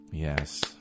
Yes